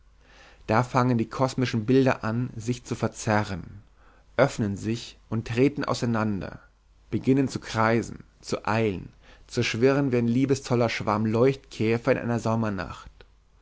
da fangen die kosmischen bilder an sich zu verzerren öffnen sich und treten auseinander beginnen zu kreisen zu eilen zu schwirren wie ein liebestoller schwarm leuchtkäfer in einer sommernacht